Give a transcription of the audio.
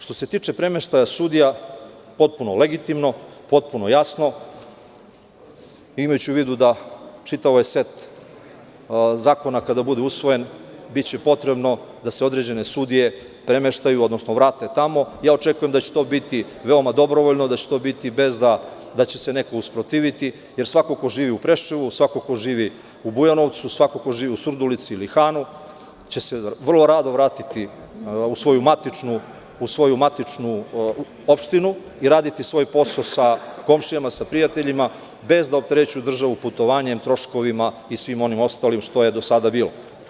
Što se tiče premeštaja sudija, potpuno je legitimno, jasno, imajući u vidu da čitav ovaj set zakona kada bude usvojen, biće potrebno da se određene sudije premeštaju, odnosno vrate tamo i ja očekujemo da će to biti veoma dobrovoljno, da će to biti bez da će se neko usprotiviti, jer svako ko živi u Preševu, u Bujanovcu, Surdulici ili Hanu će se vrlo rado vratiti u svoju matičnu opštinu i raditi svoj posao sa komšijama, prijateljima, bez da opterećuju državu putovanjima, troškovima i svim ostalim što je do sada bilo.